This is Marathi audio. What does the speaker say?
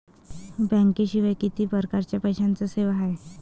बँकेशिवाय किती परकारच्या पैशांच्या सेवा हाय?